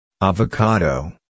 Avocado